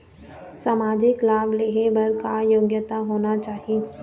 सामाजिक लाभ लेहे बर का योग्यता होना चाही?